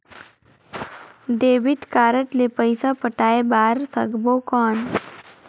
Debit card ले पइसा पटाय बार सकबो कौन?